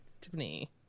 Tiffany